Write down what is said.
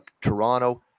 toronto